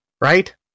right